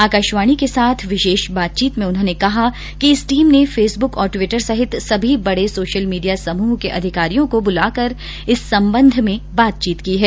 आकाशवाणी के साथ विशेष बातचीत में उन्होंने कहा कि इस टीम ने फेसबुक और टिवटर सहित सभी बड़े सोशल मीडिया समूह के अधिकारियों को बुलाकर इस संबंध में बातचीत की है